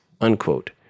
unquote